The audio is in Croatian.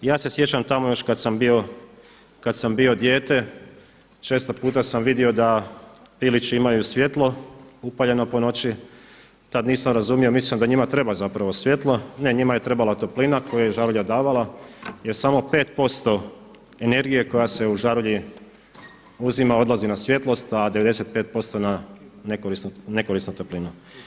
Ja se sjećam tamo još kada sam bio, kada sam bio dijete, često puta sam vidio da pilići imaju svjetlo upaljeno po noći, tada nisam razumio, mislio sam da njima treba zapravo svjetlo, ne njima je trebala toplina koju je žarulja davala, jer samo 5% energije koja se u žarulji uzima odlazi na svjetlost da 95% na nekorisnu toplinu.